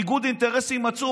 ניגוד אינטרסים עצום.